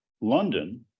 London